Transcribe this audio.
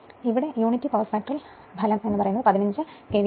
ഇപ്പോൾ unity power ഫാക്ടറിൽ output 15 KVA